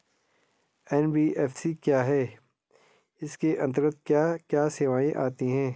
NBFC क्या है इसके अंतर्गत क्या क्या सेवाएँ आती हैं?